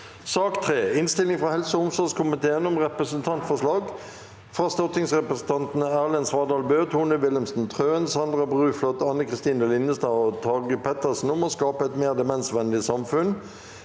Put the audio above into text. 3. Innstilling fra helse- og omsorgskomiteen om Representantforslag fra stortingsrepresentantene Erlend Svardal Bøe, Tone Wilhelmsen Trøen, Sandra Bruflot, Anne Kristine Linnestad og Tage Pettersen om å skape et mer demensvennlig samfunn